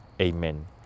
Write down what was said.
Amen